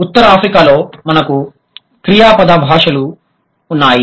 ఉత్తర ఆఫ్రికాలో మనకు క్రియాపద భాషలు ఉన్నాయి